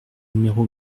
numéro